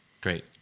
Great